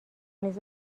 نیست